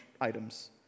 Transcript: items